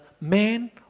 man